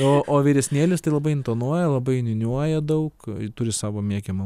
o o vyresnėlis tai labai intonuoja labai niūniuoja daug turi savo mėgiamą